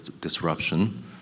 disruption